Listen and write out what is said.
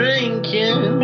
Drinking